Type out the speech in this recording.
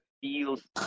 feels